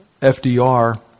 FDR